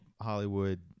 Hollywood